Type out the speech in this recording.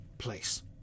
Place